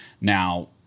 now